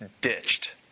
ditched